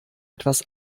etwas